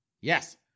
Yes